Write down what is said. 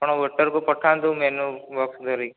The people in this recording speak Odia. ଆପଣ ୱେଟର୍ କୁ ପଠାନ୍ତୁ ମେନୁ ବକ୍ସ ଧରିକି